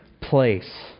place